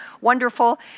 wonderful